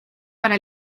para